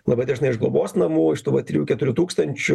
labai dažnai iš globos namų iš tų vat trijų keturių tūkstančių